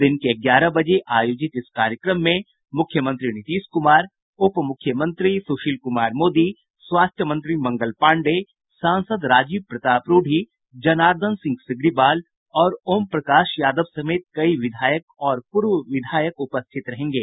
दिन के ग्यारह बजे आयोजित इस कार्यक्रम में मूख्यमंत्री नीतीश कुमार उप मुख्यमंत्री सुशील कुमार मोदी स्वास्थ्य मंत्री मंगल पाण्डेय सांसद राजीव प्रताप रूढ़ी जनार्दन सिंह सिग्रीवाल और ओम प्रकाश यादव समेत कई विधायक और पूर्व विधायक उपस्थित रहेंगे